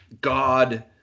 God